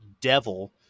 devil